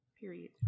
Period